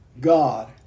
God